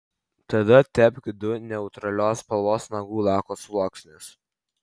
tada tepk du neutralios spalvos nagų lako sluoksnius